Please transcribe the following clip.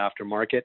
aftermarket